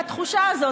והתחושה הזאת,